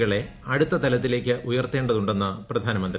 കളെ അടുത്ത്ലൂത്തിലേക്ക് ഉയർത്തേണ്ടതുണ്ടെന്ന് പ്രീധ്യാനമന്ത്രി